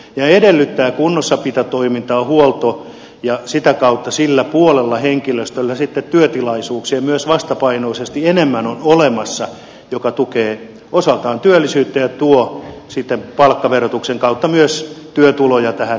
se edellyttää kunnossapitotoimintaa huoltoa ja sitä kautta sillä puolella henkilöstöllä sitten myös työtilaisuuksia on vastapainoisesti enemmän olemassa mikä tukee osaltaan työllisyyttä ja tuo sitten palkkaverotuksen kautta myös työtuloja tähän yhteiskuntaan